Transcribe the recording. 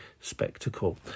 spectacle